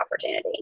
opportunity